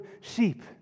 sheep